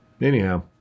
anyhow